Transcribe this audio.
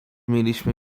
mieliśmy